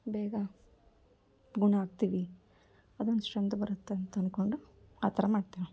ಬೇಗ ಗುಣ ಆಗ್ತೀವಿ ಅದೊಂದು ಸ್ಟ್ರೆಂತ್ ಬರುತ್ತೆ ಅಂತ ಅಂದ್ಕೊಂಡು ಆ ಥರ ಮಾಡ್ತಾರೆ